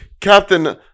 Captain